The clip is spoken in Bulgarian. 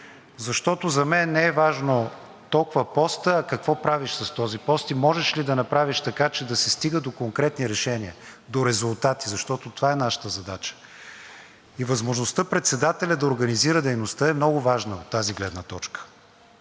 защото за мен не е важен толкова постът, а какво правиш с този пост и можеш ли да направиш така, че да се стига до конкретни решения, до резултати, защото това е нашата задача. И възможността председателят да организира дейността е много важна от тази гледна точка.